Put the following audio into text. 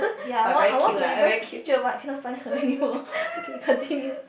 ya I want I want to revenge the teacher but I can't find her anymore okay continue